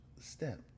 step